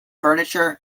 furniture